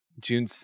June